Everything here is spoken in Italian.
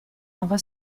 nova